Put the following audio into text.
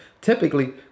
Typically